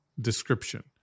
description